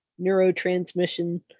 neurotransmission